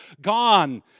gone